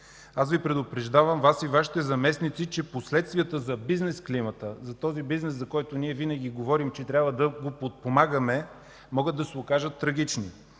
Аз предупреждавам Вас и Вашите заместници, че последиците за бизнес климата, за бизнеса, за който винаги говорим, че трябва да подпомагаме, могат да се окажат трагични.